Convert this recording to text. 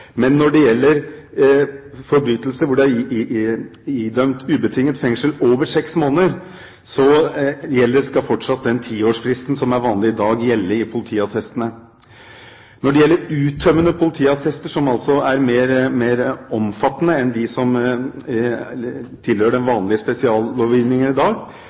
men når det gjelder forbrytelser hvor det er idømt ubetinget fengsel over seks måneder, skal den tiårsfristen som er vanlig i dag, fortsatt gjelde i politiattestene. Når det gjelder uttømmende politiattester, som altså er mer omfattende enn dem som tilhører den vanlige spesiallovgivningen i dag,